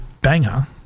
banger